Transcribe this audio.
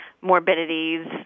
morbidities